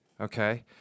okay